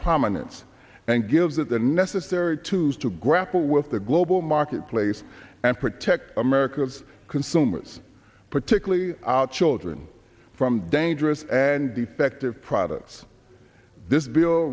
prominence and give that the necessary to use to grapple with the global marketplace and protect america's consumers particularly our children from dangerous and defective products this bill